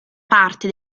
parte